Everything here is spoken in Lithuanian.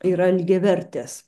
yra lygiavertės